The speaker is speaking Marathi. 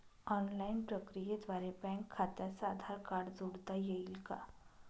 ऑनलाईन प्रक्रियेद्वारे बँक खात्यास आधार कार्ड जोडता येईल का?